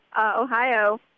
Ohio